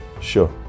Sure